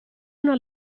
una